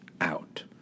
out